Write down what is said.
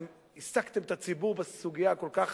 העסקתם את הציבור בסוגיה הכל-כך